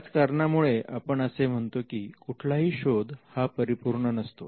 याच कारणामुळे आपण असे म्हणतो की कुठलाही शोध हा परिपूर्ण नसतो